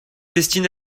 destiné